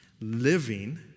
living